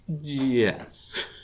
Yes